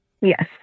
Yes